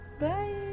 Bye